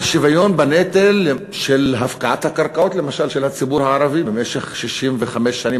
על שוויון בנטל של הפקעת הקרקעות של הציבור הערבי במשך 65 שנים,